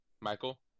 Michael